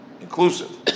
inclusive